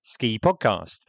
SKIPODCAST